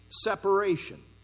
separation